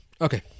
Okay